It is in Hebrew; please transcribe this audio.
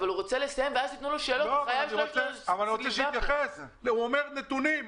הוא אומר נתונים,